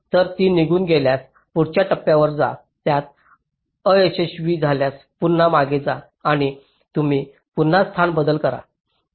तर ती निघून गेल्यास पुढच्या टप्प्यावर जा त्यात अयशस्वी झाल्यास पुन्हा मागे जा आणि पुन्हा तुम्ही स्थान बदल करा